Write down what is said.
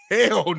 Hell